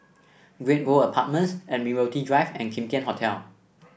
Great World Apartments Admiralty Drive and Kim Tian Hotel